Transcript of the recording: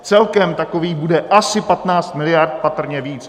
Celkem takových bude asi 15 miliard, patrně více.